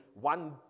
one